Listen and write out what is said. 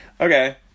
okay